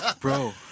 Bro